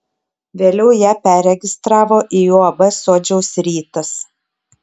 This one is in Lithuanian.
vėliau ją perregistravo į uab sodžiaus rytas